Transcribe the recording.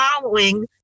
following